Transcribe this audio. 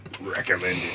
recommended